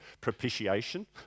propitiation